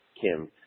Kim